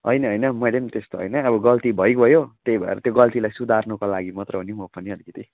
होइन होइन मैले पनि त्यस्तो होइन अब गल्ती भइगयो त्यही भएर त्यो गल्तीलाई सुधार्नुको लागि मात्र हो नि म पनि अलिकति